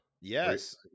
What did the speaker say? Yes